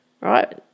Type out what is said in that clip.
Right